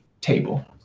table